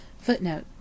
Footnote